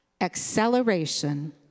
acceleration